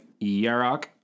Yarok